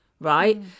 right